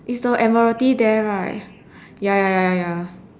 it's the admiralty there right ya ya ya ya ya